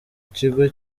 kigo